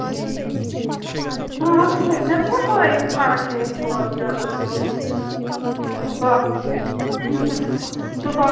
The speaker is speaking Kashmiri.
ٹھیٖک اَہَن حظ ہا تیٚلہِ کیٛاہ فٲیِدٕ فرق پیٚیہِ اَسہِ ہول سٮ۪ل ہیوٚن دُکان یہِ چھُ دُکا دُکان